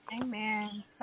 Amen